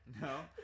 No